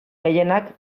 gehienak